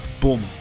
boom